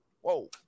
whoa